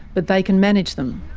but they can manage them.